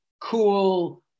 cool